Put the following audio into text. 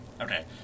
Okay